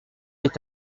est